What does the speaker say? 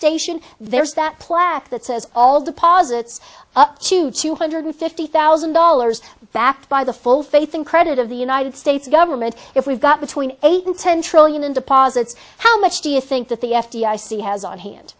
station there's that plaque that says all deposits up to two hundred fifty thousand dollars backed by the full faith and credit of the united states government if we've got between eight and ten trillion in deposits how much do you think that the f d i c has on hand